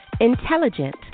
Intelligent